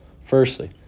Firstly